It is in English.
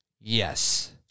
Yes